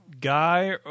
guy